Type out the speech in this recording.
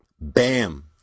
Bam